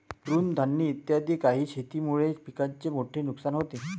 तृणधानी इत्यादी काही शेतीमुळे पिकाचे मोठे नुकसान होते